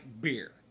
beer